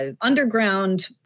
underground